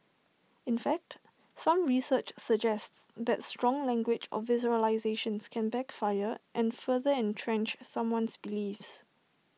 in fact some research suggests that strong language or visualisations can backfire and further entrench someone's beliefs